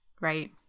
right